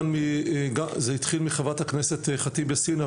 זה התחיל מחברת הכנסת ח'טיב יאסין,